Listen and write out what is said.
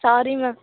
sorry ma'am